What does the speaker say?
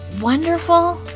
wonderful